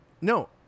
No